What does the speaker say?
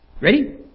Ready